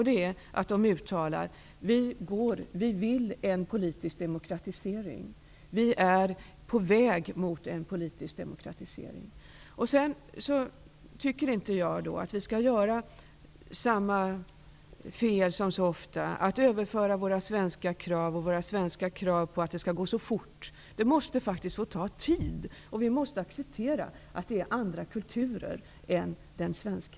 Det är att de vill ha en politisk demokratisering. De är på väg mot en politisk demokratisering. Jag tycker inte vi skall göra de fel som vi så ofta gör, nämligen att överföra våra svenska krav på att det skall gå så fort. Det måste faktiskt få ta tid. Vi måste acceptera att det finns andra kulturer än den svenska.